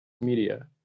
media